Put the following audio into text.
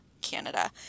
Canada